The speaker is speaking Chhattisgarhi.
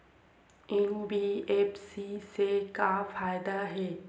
एन.बी.एफ.सी से का फ़ायदा हे?